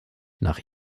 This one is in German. nach